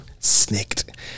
snicked